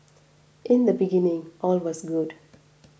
in the beginning all was good